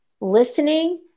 listening